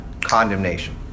condemnation